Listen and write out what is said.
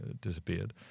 disappeared